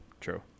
true